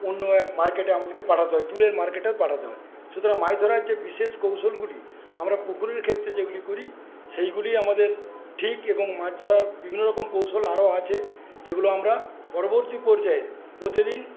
অন্য এক মার্কেটে আমাদেরকে পাঠাতে হয় দূরের মার্কেটে পাঠাতে হয় সুতরাং মাছধরার যে বিশেষ কৌশলগুলি আমরা পুকুরের ক্ষেত্রে যেগুলি করি সেইগুলিই আমাদের ঠিক এবং মাছধরার বিভিন্নরকম কৌশল আরও আছে যেগুলো আমরা পরবর্তী পর্যায়ে প্রতিদিন